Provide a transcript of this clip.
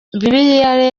bibiliya